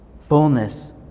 Fullness